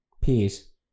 Peace